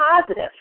positive